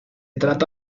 trata